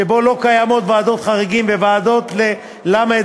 שבו לא קיימות ועדת חריגים וועדת למ"ד